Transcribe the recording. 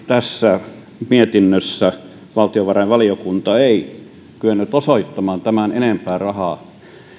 tässä mietinnössä valtiovarainvaliokunta ei kyennyt osoittamaan tämän enempää rahaa